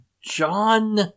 john